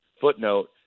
footnote